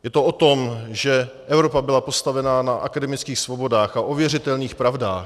Je to o tom, že Evropa byla postavena na akademických svobodách a ověřitelných pravdách.